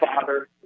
father